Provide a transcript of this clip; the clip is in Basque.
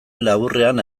laburrean